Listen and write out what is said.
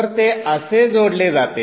तर ते असे जोडले जाते